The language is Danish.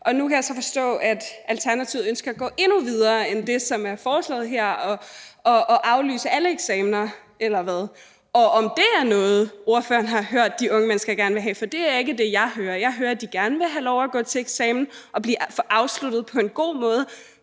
og nu kan jeg så forstå, at Alternativet ønsker at gå endnu videre end det, som er foreslået her, og aflyse alle eksamener, eller hvad? Og er det noget, som ordføreren har hørt at de unge mennesker gerne vil have? For det er ikke det, jeg hører. Jeg hører, at de gerne vil have lov at gå til eksamen og få det afsluttet på en god måde,